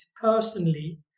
personally